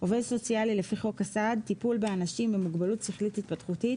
עובד סוציאלי לפי חוק הסעד (טיפול באנשים עם מוגבלות שכלית-התפתחותית),